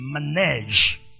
manage